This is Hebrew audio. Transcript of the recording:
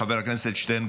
חבר הכנסת שטרן,